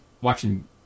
watching